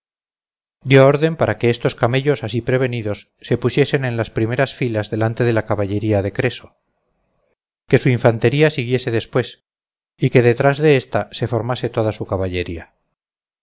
dio orden para que estos camellos así prevenidos se pusiesen en las primeras filas delante de la caballería de creso que su infantería siguiese después y que detrás de esta se formase toda su caballería